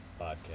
podcast